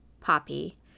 poppy